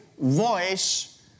voice